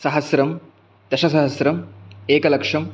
सहस्रं दशसहस्रम् एकलक्षम्